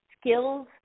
skills